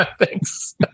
Thanks